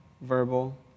verbal